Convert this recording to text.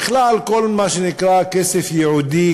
בכלל כל מה שנקרא "כסף ייעודי",